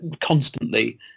constantly